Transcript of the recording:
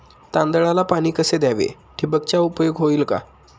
तांदळाला पाणी कसे द्यावे? ठिबकचा उपयोग होईल का?